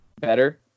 Better